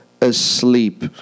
asleep